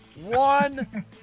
one